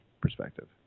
perspective